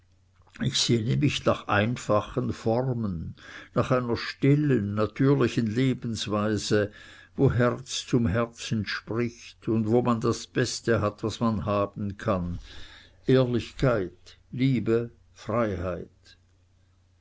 ich sehne mich nach einfachen formen nach einer stillen natürlichen lebensweise wo herz zum herzen spricht und wo man das beste hat was man haben kann ehrlichkeit liebe freiheit